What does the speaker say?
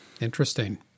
Interesting